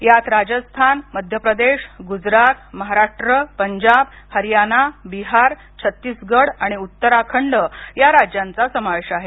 यात राजस्थान मध्यप्रदेश गुजरात महाराष्ट्र पंजाब हरियाना बिहार छत्तीसगड आणि उत्तराखंड या राज्यांचा समावेश आहे